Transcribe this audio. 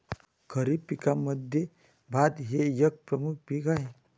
खरीप पिकांमध्ये भात हे एक प्रमुख पीक आहे